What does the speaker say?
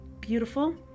beautiful